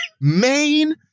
main